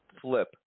flip